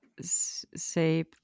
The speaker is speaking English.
say